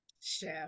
Chef